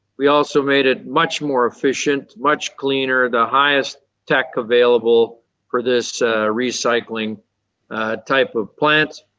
we also made it much more efficient, much cleaner, the highest tech available for this recycling type of plant.